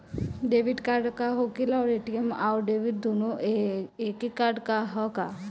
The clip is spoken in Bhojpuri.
डेबिट कार्ड का होखेला और ए.टी.एम आउर डेबिट दुनों एके कार्डवा ह का?